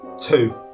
two